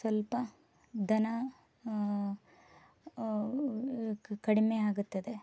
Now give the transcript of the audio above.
ಸ್ವಲ್ಪ ಧನ ಕಡಿಮೆ ಆಗುತ್ತದೆ